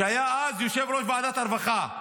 שהיה אז יושב-ראש ועדת הרווחה,